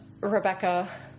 Rebecca